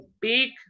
big